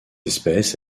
espèce